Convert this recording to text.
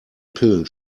pillen